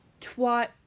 Twat